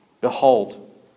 Behold